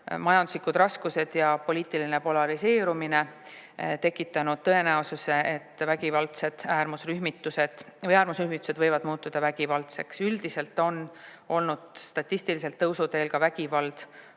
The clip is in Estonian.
majanduslikud raskused ja poliitiline polariseerumine tekitanud tõenäosuse, et äärmusrühmitused võivad muutuda vägivaldseks. Üldiselt on olnud statistiliselt tõusuteel ka vägivald